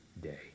day